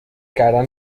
کردن